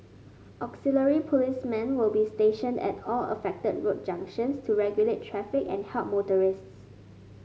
auxiliary policemen will be stationed at all affected road junctions to regulate traffic and help motorists